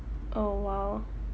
oh !wow!